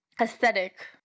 aesthetic